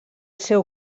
seu